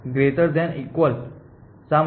greater than equal to શા માટે